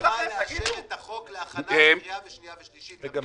אנחנו נוכל לאשר את החוק להכנה לקריאה שנייה ושלישית במליאה.